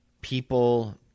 people